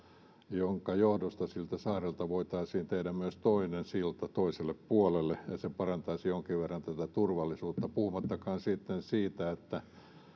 jonka johdosta siltä saarelta voitaisiin tehdä myös toinen silta toiselle puolelle ja se parantaisi jonkin verran turvallisuutta puhumattakaan sitten siitä että